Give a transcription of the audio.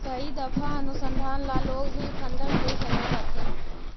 कई दफा अनुसंधान ला लोग भी फंडस दे सकअ हथीन